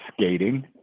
skating